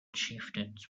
chieftains